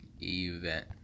event